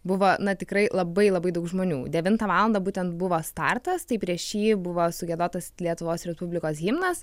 buvo na tikrai labai labai daug žmonių devintą valandą būtent buvo startas tai prieš jį buvo sugiedotas lietuvos respublikos himnas